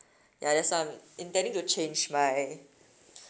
ya that's why I'm intending to change my